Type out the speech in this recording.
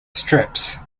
strips